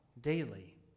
daily